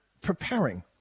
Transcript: preparing